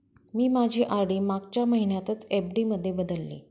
मी माझी आर.डी मागच्या महिन्यातच एफ.डी मध्ये बदलली